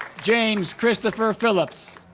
james christopher phillips